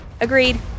Agreed